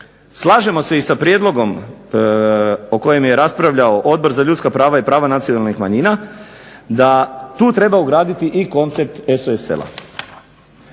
slažemo se i sa prijedlogom o kojem je raspravljao Odbor za ljudska prava i prava nacionalnih manjina, da tu treba ugraditi i koncept SOS